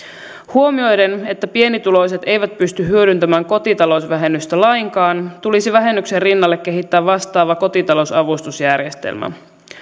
huomioiden että pienituloiset eivät pysty hyödyntämään kotitalousvähennystä lainkaan tulisi vähennyksen rinnalle kehittää vastaava kotitalous avustusjärjestelmä